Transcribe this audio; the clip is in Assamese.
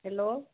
হেল্ল'